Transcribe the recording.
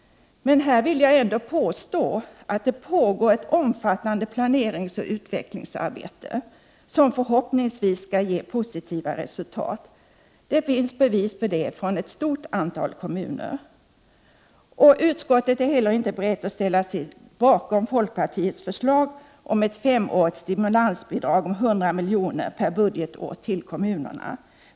Här pågår det ändå ett omfattande planeringsoch utvecklingsarbete, som förhoppningsvis skall ge — Prot. 1988/89:44 positiva resultat. Det finns bevis på det från ett stort antal kommuner. 13 december 1988 Utskottet är inte heller berett att ställa sig bakom folkpartiets förslag om ett femårigt stimulansbidrag om 100 milj.kr. per budgetår till kommunerna.